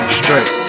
straight